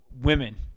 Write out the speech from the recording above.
women